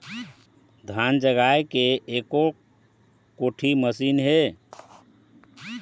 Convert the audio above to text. धान जगाए के एको कोठी मशीन हे?